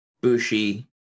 Bushi